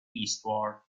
eastward